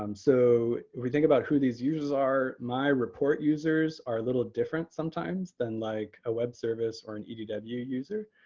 um so when we think about who these users are, my report users are a little different sometimes than like a web service or an edw user.